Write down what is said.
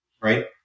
right